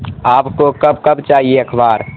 آپ کو کب کب چاہیے اخبار